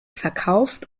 verkauft